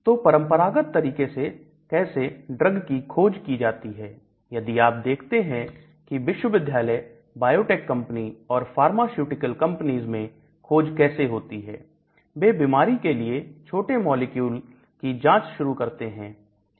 तो परंपरागत तरीके से कैसे ड्रग की खोज की जाती है यदि आप देखते हैं की विश्वविद्यालय बायोटेक कंपनी और फार्मास्यूटिकल कंपनीज में खोज कैसे होती है बे बीमारी के लिए छोटे मॉलिक्यूल की जांच शुरू करते हैं